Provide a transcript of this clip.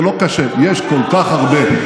זה לא קשה, ויש כל כך הרבה.